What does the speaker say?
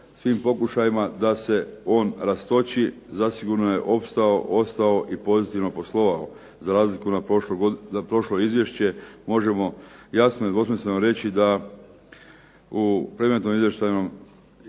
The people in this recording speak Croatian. svim pokušajima da se on rastoči zasigurno je opstao, ostao i pozitivno poslovao za razliku na prošlo izvješće možemo jasno i nedvosmisleno reći da u predmetnom izvještajnom